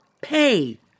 pay